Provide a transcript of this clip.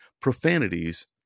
profanities